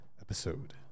episode